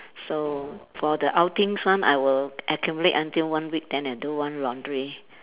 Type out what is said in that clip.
so for the outings one I will accumulate until one week then I do one laundry